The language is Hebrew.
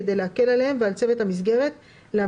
כדי להקל עליהם ועל צוות המסגרת להמשיך